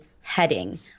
heading